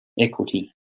equity